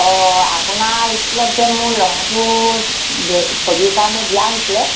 অঁ আপোনাৰ স্কুলত যে মোৰ ল'ৰাটো দ ছবিৰ কাৰণে দিয়া হৈছিলে